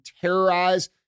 terrorize